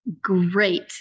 great